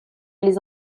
les